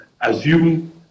assume